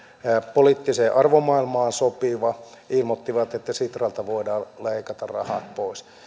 poliittiseen arvomaailmaansa sopiva että sitralta voidaan leikata rahat pois